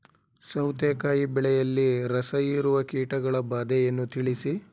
ಸೌತೆಕಾಯಿ ಬೆಳೆಯಲ್ಲಿ ರಸಹೀರುವ ಕೀಟಗಳ ಬಾಧೆಯನ್ನು ತಿಳಿಸಿ?